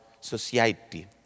society